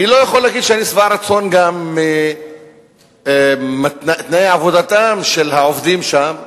אני לא יכול להגיד שאני שבע רצון גם מתנאי עבודתם של העובדים שם,